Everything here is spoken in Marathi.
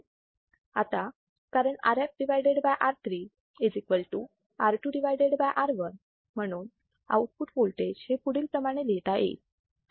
आता कारण Rf R3 R2 R1 म्हणून आउटपुट वोल्टेज हे पुढील प्रमाणे लिहिता येईल